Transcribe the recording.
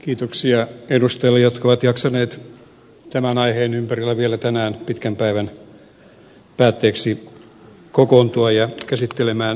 kiitoksia edustajille jotka ovat jaksaneet tämän aiheen ympärillä vielä tänään pitkän päivän päätteeksi kokoontua käsittelemään työllisyysasioita